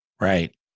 Right